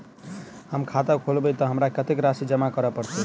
हम खाता खोलेबै तऽ हमरा कत्तेक राशि जमा करऽ पड़त?